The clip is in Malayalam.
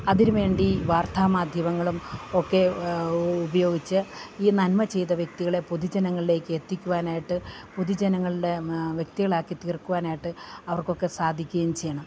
അതിന് വേണ്ടി വാർത്താമാധ്യമങ്ങളും ഒക്കെ ഉപയോഗിച്ച് ഈ നന്മ ചെയ്ത വ്യക്തികളെ പൊതുജനങ്ങളിലേക്ക് എത്തിക്കുവാനായിട്ട് പൊതുജനങ്ങളെ വ്യക്തികളാക്കി തീർക്കുവാനായിട്ട് അവർക്കൊക്കെ സാധിക്കുകയും ചെയ്യണം